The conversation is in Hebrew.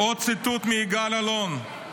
אלון: